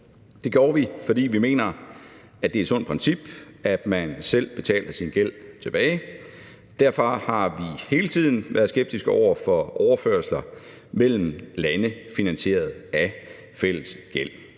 Det gjorde vi, fordi vi mener, at det er et sundt princip, at man selv betaler sin gæld tilbage. Derfor har vi hele tiden være skeptiske over for overførsler mellem lande finansieret af fælles gæld.